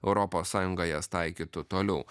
europos sąjunga jas taikytų toliau